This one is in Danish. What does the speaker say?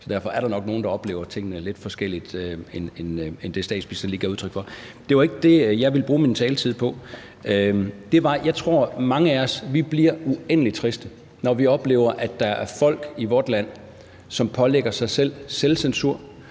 derfor er der nok nogle, der oplever tingene lidt anderledes end det, statsministeren lige gav udtryk for. Men det var ikke det, jeg ville bruge min taletid på. Jeg tror, at mange af os bliver uendelig triste, når vi oplever, at der er folk i vort land, som pålægger sig selvcensur,